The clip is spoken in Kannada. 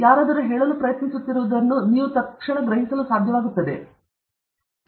ಯಾರಾದರೂ ಹೇಳಲು ಪ್ರಯತ್ನಿಸುತ್ತಿರುವುದನ್ನು ನೀವು ಗ್ರಹಿಸಲು ಸಾಧ್ಯವಾಗುತ್ತದೆ